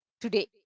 today